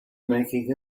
making